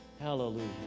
Hallelujah